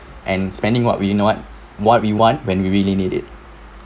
and spending what we in you know what what we want when we really need it